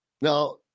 Now